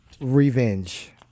revenge